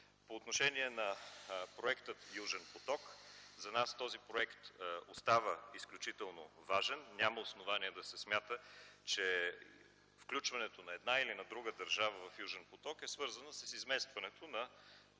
По отношение на проекта „Южен поток”, за нас този проект остава изключително важен. Няма основание да се смята, че включването на една или друга държава в „Южен поток” е свързано с изместването на